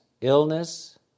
Illness